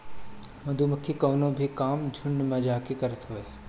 मधुमक्खी कवनो भी काम झुण्ड में जाके करत हवे